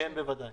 כן, בוודאי.